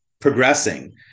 progressing